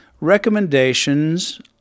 recommendations